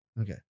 Okay